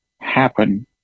happen